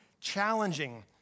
challenging